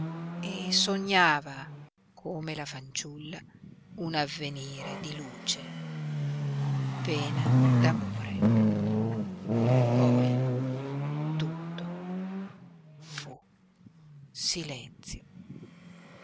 e sognava come la fanciulla un avvenire di luce pena d'amore poi tutto fu silenzio